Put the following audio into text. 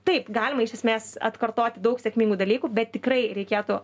taip galima iš esmės atkartoti daug sėkmingų dalykų bet tikrai reikėtų